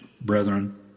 brethren